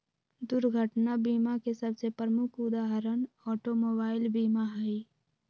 दुर्घटना बीमा के सबसे प्रमुख उदाहरण ऑटोमोबाइल बीमा हइ